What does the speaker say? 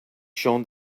shown